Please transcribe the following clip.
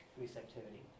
receptivity